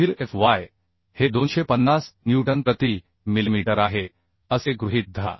पुढील f y हे 250 newton प्रति मिलिमीटर आहे असे गृहीत धरा